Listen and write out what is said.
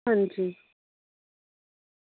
अंजी